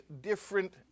different